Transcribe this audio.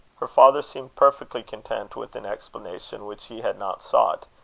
her father seemed perfectly content with an explanation which he had not sought,